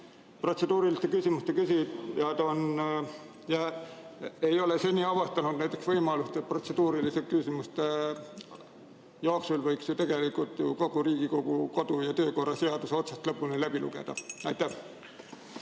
protseduuriliste küsimuste küsijad ei ole seni avastanud näiteks võimalust, et protseduuriliste küsimuste jooksul võiks ju tegelikult kogu Riigikogu kodu- ja töökorra seaduse otsast lõpuni läbi lugeda. Aitäh!